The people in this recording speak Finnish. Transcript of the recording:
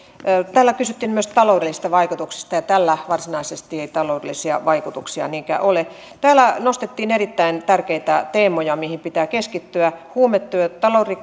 täällä kysyttiin myös taloudellisista vaikutuksista ja tällä ei varsinaisesti taloudellisia vaikutuksia niinkään ole täällä nostettiin erittäin tärkeitä teemoja mihin pitää keskittyä huumetyö